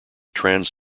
trans